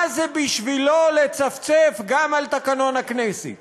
מה זה בשבילו לצפצף גם על תקנון הכנסת